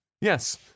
Yes